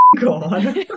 god